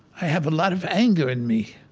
i have a lot of anger in me,